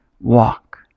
walk